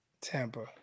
Tampa